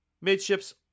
midships